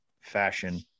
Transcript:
fashion